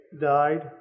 died